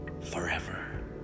forever